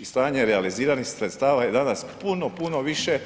I stanje realiziranih sredstava je danas puno, puno više